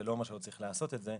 זה לא אומר שלא צריך לעשות את זה,